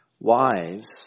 Wives